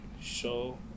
show